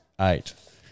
eight